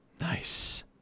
Nice